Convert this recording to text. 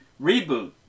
reboot